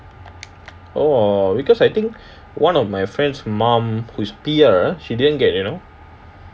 orh because I think one of my friend's mum who's P_R she didn't get you know